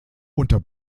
unter